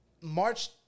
March